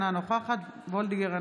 אינה נוכחת מיכל וולדיגר,